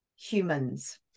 humans